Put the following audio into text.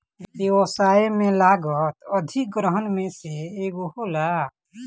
व्यवसाय में लागत अधिग्रहण में से एगो होला